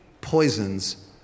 poisons